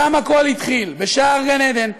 שם הכול התחיל, בשער גן עדן,